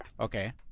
Okay